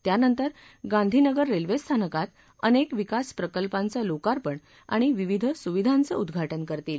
त्यानंतर गाधीनगर रेल्वेस्थानकात अनेक विकास प्रकल्पाचं लोकार्पण आणि विविध सुविधांचं उद्घाटन करतील